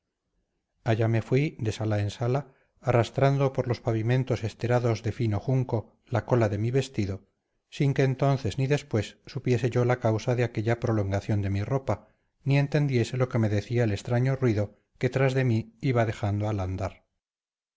allá me fui de sala en sala arrastrando por los pavimentos esterados de fino junco la cola de mi vestido sin que entonces ni después supiese yo la causa de aquella prolongación de mi ropa ni entendiese lo que me decía el extraño ruido que tras de mí iba dejando al andar